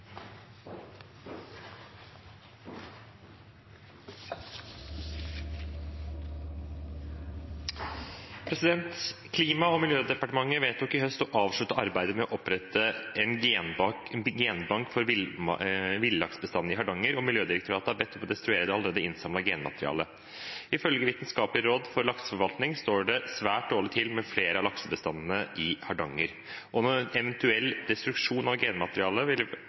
miljødepartementet vedtok i høst å avslutte arbeidet med å opprette en genbank for villaksbestandene i Hardanger, og Miljødirektoratet er bedt om å destruere det allerede innsamlede genmaterialet. Ifølge Vitenskapelig råd for lakseforvaltning står det svært dårlig til med flere av laksebestandene i Hardanger, og en eventuell destruksjon av genmaterialet vil